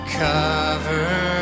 cover